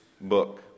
book